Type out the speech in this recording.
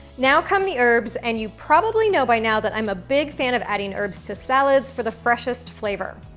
now come the herbs and you probably know by now that i'm a big fan of adding herbs to salads for the freshest flavor.